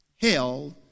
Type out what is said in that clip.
Hell